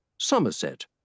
Somerset